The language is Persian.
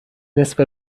نصف